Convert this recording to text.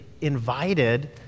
invited